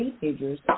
teenagers